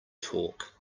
talk